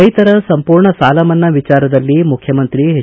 ರೈತರ ಸಂಪೂರ್ಣ ಸಾಲಮನ್ನಾ ವಿಚಾರದಲ್ಲಿ ಮುಖ್ಯಮಂತ್ರಿ ಎಚ್